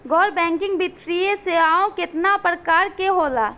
गैर बैंकिंग वित्तीय सेवाओं केतना प्रकार के होला?